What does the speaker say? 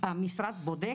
המשרד בודק.